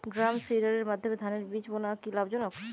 ড্রামসিডারের মাধ্যমে ধানের বীজ বোনা কি লাভজনক?